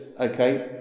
Okay